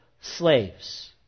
slaves